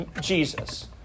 Jesus